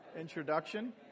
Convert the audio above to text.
introduction